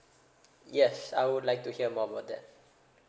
yes I would like to hear more about that